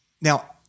now –